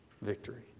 victory